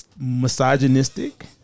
misogynistic